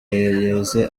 yeze